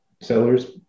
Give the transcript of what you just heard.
sellers